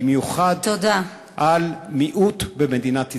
במיוחד על מיעוט במדינת ישראל.